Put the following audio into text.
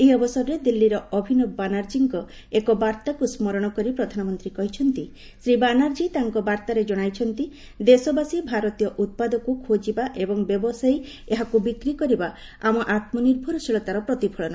ଏହି ଅବସରରେ ଦିଲ୍ଲୀର ଅଭିନବ ବାନାର୍ଜୀଙ୍କ ଏକ ବାର୍ତ୍ତାକୁ ସ୍କରଣ କରି ପ୍ରଧାନମନ୍ତ୍ରୀ କହିଛନ୍ତି ଶ୍ରୀ ବାନାର୍ଜୀ ତାଙ୍କ ବାର୍ଭାରେ ଜଣାଇଛନ୍ତି ଦେଶବାସୀ ଭାରତୀୟ ଉତ୍ପାଦକୁ ଖୋଜିବା ଏବଂ ବ୍ୟବସାୟୀ ଏହାକୁ ବିକ୍ରି କରିବା ଆମ ଆମ୍ନିର୍ଭରଶୀଳତାର ପ୍ରତିଫଳନ